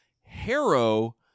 Harrow